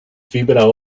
fibra